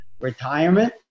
retirement